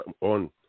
on